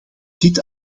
dit